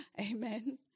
Amen